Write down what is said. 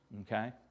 okay